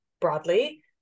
broadly